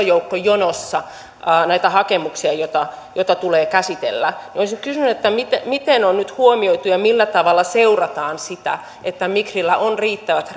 joukko jonossa näitä hakemuksia joita joita tulee käsitellä olisin kysynyt miten miten on nyt huomioitu ja millä tavalla seurataan sitä että migrillä on riittävät